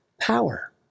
power